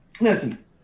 Listen